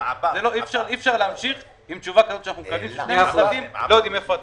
אי אפשר להמשיך עם התשובה שקיבלנו שאומרת שלא יודעים איפה התקציב.